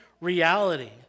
reality